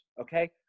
Okay